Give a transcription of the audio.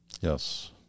Yes